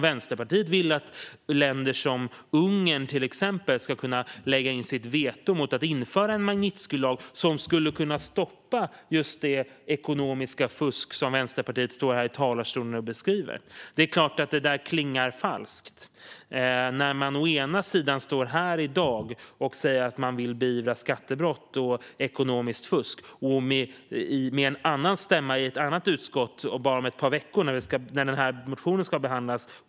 Vänsterpartiet vill att länder som till exempel Ungern ska kunna lägga in sitt veto mot att införa en sådan lag som skulle kunna stoppa det ekonomiska fusk som vänsterpartisten beskriver här i talarstolen. Det är klart att detta klingar falskt när man i dag å ena sidan står här och säger att man vill beivra skattebrott och ekonomiskt fusk och å andra sidan kommer att säga något helt annat i ett annat utskott och med en annan stämma om bara ett par veckor när motionen ska behandlas.